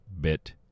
bit